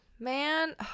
Man